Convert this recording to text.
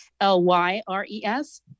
L-Y-R-E-S